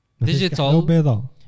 Digital